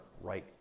right